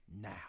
now